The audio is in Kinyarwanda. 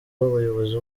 w’abayobozi